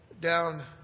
down